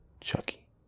Chucky